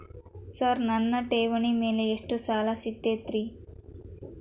Sir ನನ್ನ ಠೇವಣಿ ಮೇಲೆ ಎಷ್ಟು ಸಾಲ ಸಿಗುತ್ತೆ ರೇ?